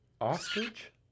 ostrich